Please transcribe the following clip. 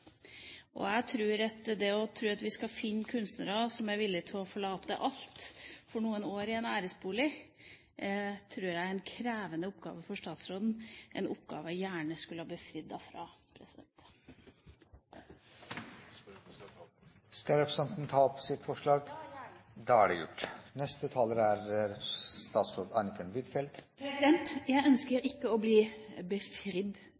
Å finne kunstnere som er villige til å forlate alt for noen år i en æresbolig, tror jeg er en krevende oppgave for statsråden, en oppgave jeg gjerne skulle befridd henne fra. Skal representanten ta opp sitt forslag? Ja, gjerne! Da er det gjort. Trine Skei Grande har tatt opp forslaget. Jeg ønsker